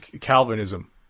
Calvinism